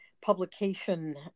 publication